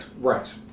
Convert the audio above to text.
Right